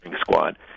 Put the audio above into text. squad